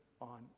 on